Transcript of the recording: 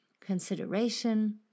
consideration